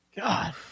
God